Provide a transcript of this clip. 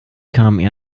kamen